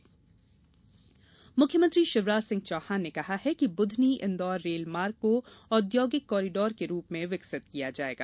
बुधनी डुन्दौर रेलमार्ग मुख्यमंत्री शिवराज सिंह चौहान ने कहा है कि बुधनी इंदौर रेल मार्ग को औद्योगिक कॉरीडोर के रूप में विकसित किया जायेगा